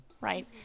right